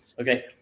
Okay